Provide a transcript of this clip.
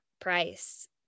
price